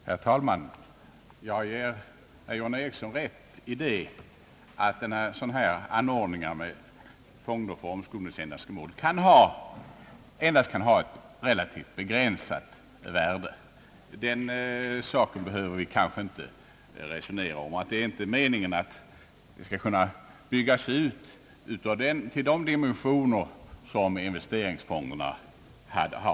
Herr talman! Jag ger herr John Ericsson rätt i att sådana här anordningar med fonder för omskolningsändamål endast kan ha ett relativt begränsat värde. Den saken behöver vi egentligen inte resonera om. Det är heller inte meningen att dessa fonder skall kunna byggas ut till de dimensioner som investeringsfonderna kan ha.